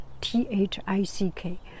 T-H-I-C-K